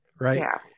Right